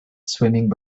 swimming